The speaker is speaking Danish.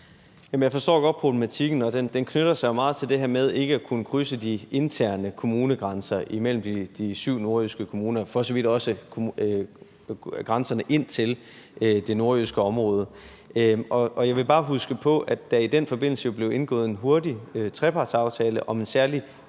Jeg forstår godt problematikken, og den knytter sig jo meget til det her med ikke at kunne krydse de interne kommunegrænser imellem de syv nordjyske kommuner og for så vidt også grænserne op til det nordjyske område. Jeg vil bare minde om, at der i den forbindelse jo hurtigt blev indgået en trepartsaftale om en særlig